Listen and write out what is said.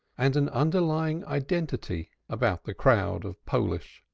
and an underlying identity about the crowd of polish,